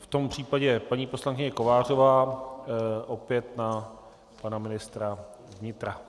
V tom případě paní poslankyně Kovářová opět na pana ministra vnitra.